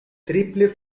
triple